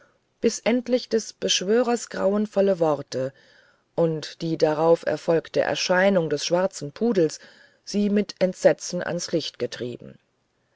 bis endlich des beschwörers grausenvolle worte und die darauf erfolgte erscheinung des schwarzen pudels sie mit entsetzen ans licht getrieben